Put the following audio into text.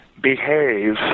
behave